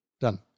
Done